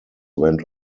went